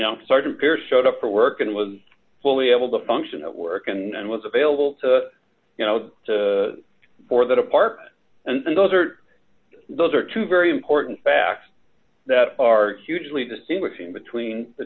know sergeant pierce showed up for work and was fully able to function at work and was available to you know for that apartment and then those are those are two very important facts that are hugely distinguishing between the